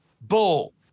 bull